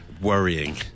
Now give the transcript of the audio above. worrying